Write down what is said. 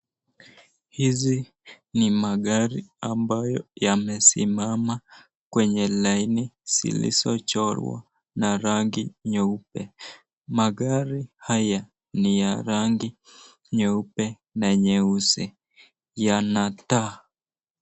Hizi ni magari ambayo yamesimama kwenye laini zilizo chorwa na rangi nyeupe. Magari haya ni ya rangi nyeupe na nyeusi, yana taa.